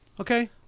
Okay